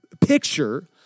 picture